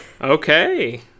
Okay